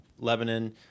Lebanon